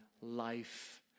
life